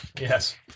Yes